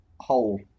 hole